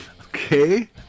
Okay